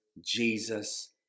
Jesus